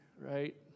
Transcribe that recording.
right